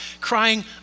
crying